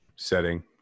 setting